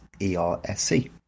ERSC